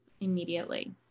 immediately